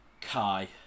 Kai